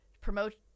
promote